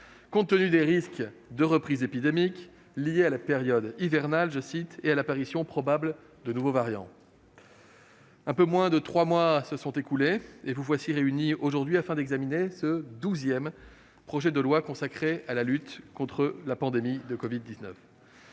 compte tenu des risques de reprise épidémique liés à la période hivernale et à l'apparition probable de nouveaux variants. Un peu moins de trois mois se sont écoulés et vous voici réunis aujourd'hui afin d'examiner un douzième projet de loi consacré à la lutte contre la pandémie de covid-19.